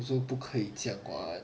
also 不可以这样 [what]